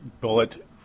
bullet